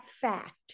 fact